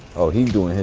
oh he doing